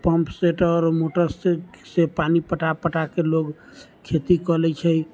pump set आओर motor सेटसँ पानी पटा पटाकऽ लोक खेती कऽ लै छै